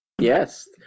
Yes